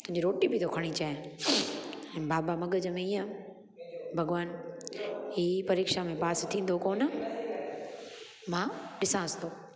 तुंहिंजी रोटी बि थो खणी अचाए बाबा मग़ज़ में इअं भॻवान ई परीक्षा में पास थींदो कोन मां ॾिसांसि थो